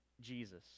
Jesus